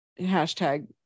hashtag